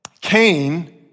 Cain